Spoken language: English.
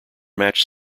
match